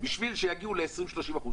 בשביל שיגיעו ל-30%-20%,